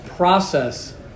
Process